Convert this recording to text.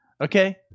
Okay